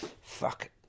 Fuck